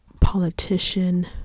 politician